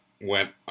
went